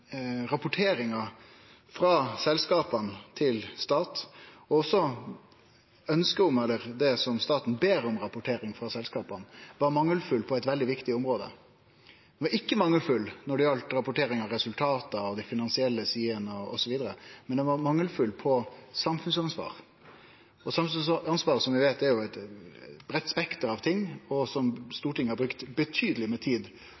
rapporteringa frå selskapa til staten – også det staten ber om å få rapportert frå selskapa – var mangelfull på eit veldig viktig område. Den var ikkje mangelfull når det galdt rapportering av resultat og dei finansielle sidene, osv., men den var mangelfull når det galdt samfunnsansvar. Samfunnsansvar er, som vi veit, eit breitt spekter av ting, som Stortinget har brukt betydeleg med tid